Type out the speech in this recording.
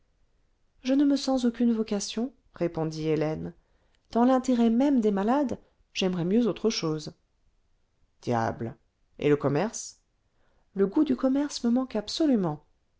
je ne me sens aucune vocation répondit hélène dans l'intérêt même des malades j'aimerais mieux autre chose diable et le commerce le goût du commerce me manque absolument